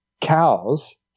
cows